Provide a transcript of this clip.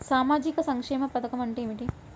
సామాజిక సంక్షేమ పథకం అంటే ఏమిటి?